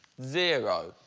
zero